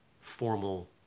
Formal